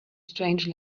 strange